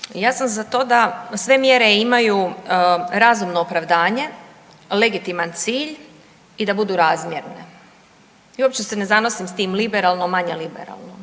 Ja sam za to da mjere imaju razumno opravdanje, legitiman cilj i da budu razmjerne. I uopće se ne zanosim s tim liberalno, manje liberalno.